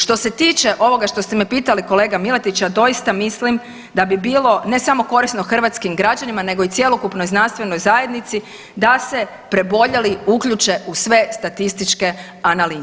Što se tiče ovoga što ste me pitali kolega Miletić, ja doista mislim da bi bilo ne samo korisno hrvatskim građanima, nego i cjelokupnoj znanstvenoj zajednici da se preboljeli uključe u sve statističke analize.